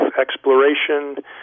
exploration